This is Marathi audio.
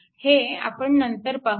हे आपण नंतर पाहूया